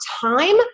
time